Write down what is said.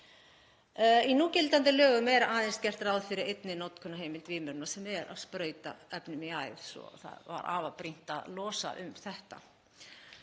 Í núgildandi lögum er aðeins gert ráð fyrir einni notkunarheimild vímuefna sem er að sprauta efnum í æð svo að það var afar brýnt að losa um þetta.